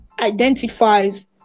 identifies